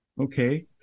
okay